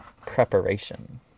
Preparation